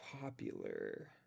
popular